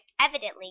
evidently